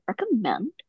recommend